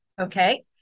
Okay